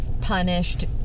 punished